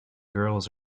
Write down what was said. girls